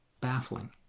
Baffling